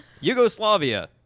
Yugoslavia